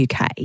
UK